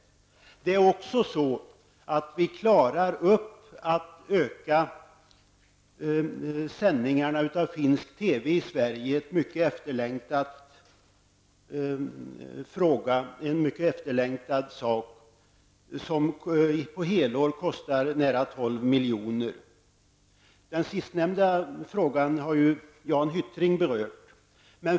Vi klarar också upp att öka omfattningen av sändningarna av finsk TV i Sverige. Det är en mycket efterlängtad sak. Under ett helår kostar det nära 12 milj.kr. Den sistnämnda frågan har Jan Hyttring berört.